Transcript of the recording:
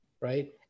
right